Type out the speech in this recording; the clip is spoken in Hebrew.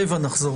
(הישיבה נפסקה